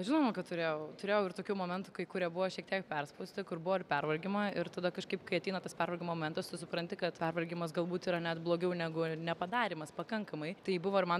žinoma kad turėjau turėjau ir tokių momentų kai kurie buvo šiek tiek perspausti kur buvo ir pervargimo ir tada kažkaip kai ateina tas pervargimo momentas tu supranti kad pervargimas galbūt yra net blogiau negu nepadarymas pakankamai tai buvo ir man